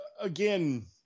again